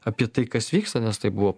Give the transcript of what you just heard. apie tai kas vyksta nes tai buvo